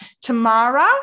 Tamara